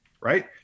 right